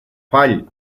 fall